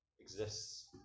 exists